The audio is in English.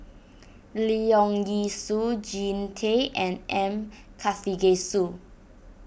Leong Yee Soo Jean Tay and M Karthigesu